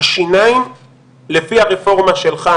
השיניים לפי הרפורמה שלך,